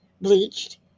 bleached